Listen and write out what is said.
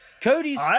Cody's